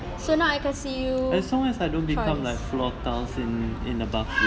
so now I kasi you choice